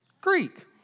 Greek